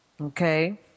Okay